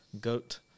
goat